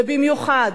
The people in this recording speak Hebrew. ובמיוחד,